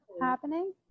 happening